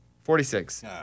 Forty-six